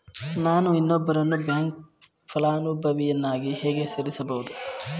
ನಾನು ಇನ್ನೊಬ್ಬರನ್ನು ಬ್ಯಾಂಕ್ ಫಲಾನುಭವಿಯನ್ನಾಗಿ ಹೇಗೆ ಸೇರಿಸಬಹುದು?